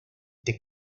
the